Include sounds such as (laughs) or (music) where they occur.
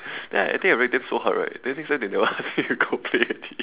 then I think wreck them so hard right then next time they never ask me to go play already (laughs)